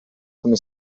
come